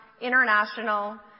international